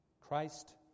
Christ